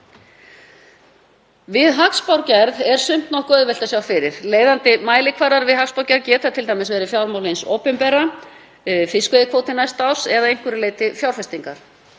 Við hagspárgerð er sumt nokkuð auðvelt að sjá fyrir. Leiðandi mælikvarðar við hagspárgerð geta t.d. verið fjármál hins opinbera, fiskveiðikvóti næsta árs eða að einhverju leyti fjárfestingar.